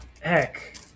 heck